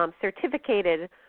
certificated